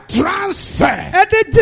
transfer